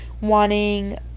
wanting